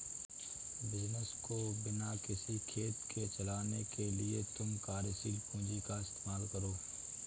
business को बिना किसी खेद के चलाने के लिए तुम कार्यशील पूंजी का इस्तेमाल करो